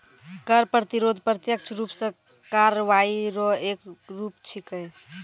कर प्रतिरोध प्रत्यक्ष रूप सं कार्रवाई रो एक रूप छिकै